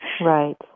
Right